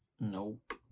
Nope